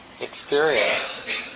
experience